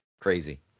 Crazy